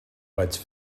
vaig